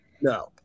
No